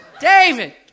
David